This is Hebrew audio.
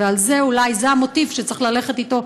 וזה המוטיב שצריך ללכת אתו,